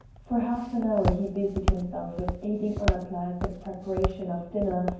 for half an hour he busied himself with aiding annapla at the preparation of dinner,